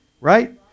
right